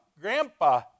Grandpa